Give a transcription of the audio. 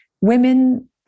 women